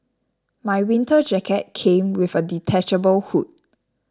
my winter jacket came with a detachable hood